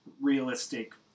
Realistic